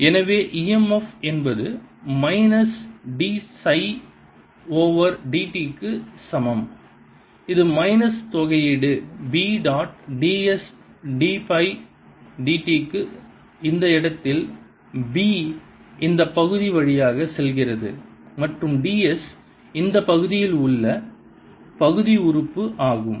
EMF dϕdt எனவே e m f என்பது minus d psi over dt க்கு சமம் இது மைனஸ் தொகையீடு B dot d s d by d t சமம் இந்த இடத்தில் B இந்த பகுதி வழியாக செல்கிறது மற்றும் d s இந்த பகுதியில் உள்ள பகுதி உறுப்பு ஆகும்